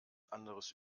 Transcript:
anderes